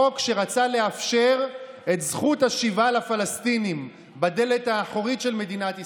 החוק שרצה לאפשר את זכות השיבה לפלסטינים בדלת האחורית של מדינת ישראל.